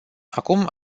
acum